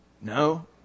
No